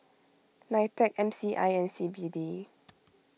Nitec M C I and C B D